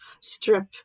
strip